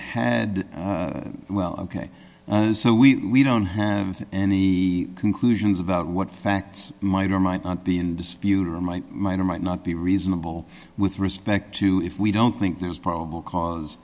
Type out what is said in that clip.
d well ok so we don't have any conclusions about what facts might or might not be in dispute or might might or might not be reasonable with respect to if we don't think there's probable cause